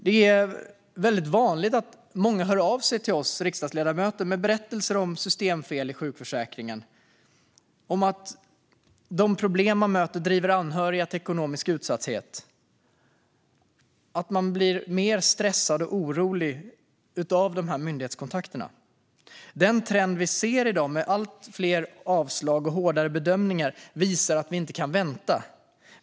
Det är väldigt vanligt att många hör av sig till oss riksdagsledamöter med berättelser om systemfel i sjukförsäkringen. De problem man möter driver anhöriga till ekonomisk utsatthet, och man blir mer stressad och orolig av myndighetskontakterna. Den trend vi ser i dag med allt fler avslag och hårdare bedömningar visar att vi inte kan vänta.